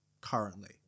currently